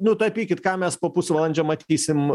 nutapykit ką mes po pusvalandžio matysim